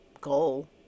goal